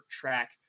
track